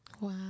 Wow